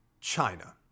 China